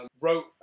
wrote